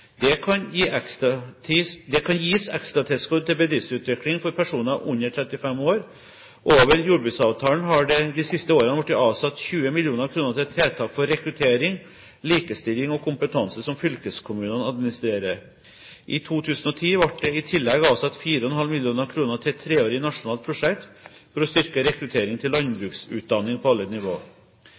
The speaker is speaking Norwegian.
Det kan gis ekstra tilskudd til bedriftsutvikling for personer under 35 år. Over jordbruksavtalen har det de siste årene blitt avsatt 20 mill. kr til tiltak for rekruttering, likestilling og kompetanse som fylkeskommunene administrerer. I 2010 ble det i tillegg avsatt 4,5 mill. kr til et treårig nasjonalt prosjekt for å styrke rekrutteringen til landbruksutdanning på alle nivå.